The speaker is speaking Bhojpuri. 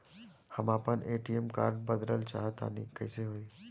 हम आपन ए.टी.एम कार्ड बदलल चाह तनि कइसे होई?